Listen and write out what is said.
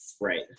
Right